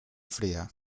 fría